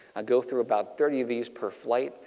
ah go through about thirty of these per flight.